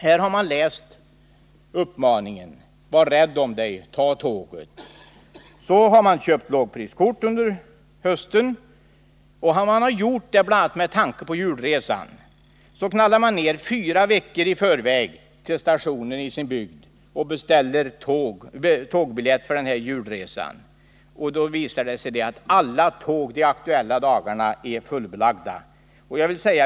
Folk har läst uppmaningen: ”Var rädd om dig — ta tåget!” Så har man köpt lågpriskort under hösten, bl.a. med tanke på julresan. Så knallar man ned fyra veckor i förväg till stationen i sin bygd för att beställa biljett för julresan. Men då visar det sig att alla tåg de aktuella dagarna är fullbelagda.